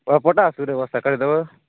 କଭରଟା ସେ ବ୍ୟବସ୍ଥା କରି ଦେବୁଁ